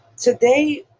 Today